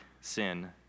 sin